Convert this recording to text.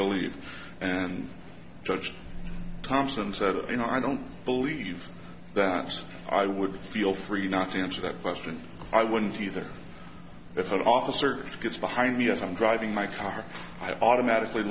to leave and judge thompson said you know i don't believe that so i would feel free not to answer that question i wouldn't either if an officer gets behind me as i'm driving my car i have automatically